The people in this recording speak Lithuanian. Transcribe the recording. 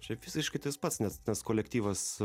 šiaip visiškai tas pats nes nes kolektyvas